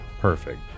Perfect